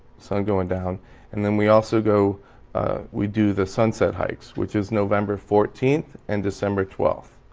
sun going down and then we also go we do the sunset hikes, which is november fourteenth and december twelfth.